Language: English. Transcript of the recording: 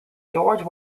george